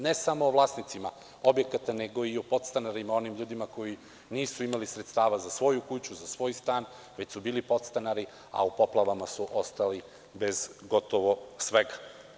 Ne samo o vlasnicima objekata, nego i o podstanarima, onim ljudima koji nisu imali sredstava za svoju kuću, svoj stan, već su bili podstanari, a u poplavama su ostali bez gotovo svega.